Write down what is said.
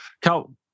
cal